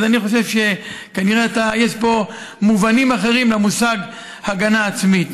אני חושב שכנראה יש פה מובנים אחרים למושג הגנה עצמית.